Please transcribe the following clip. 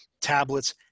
tablets